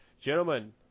Gentlemen